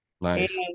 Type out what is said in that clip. nice